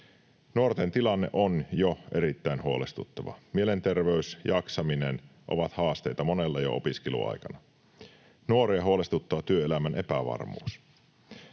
Nuorten tilanne on jo erittäin huolestuttava. Mielenterveys ja jaksaminen ovat haasteita monella jo opiskeluaikana. Nuoria huolestuttaa työelämän epävarmuus.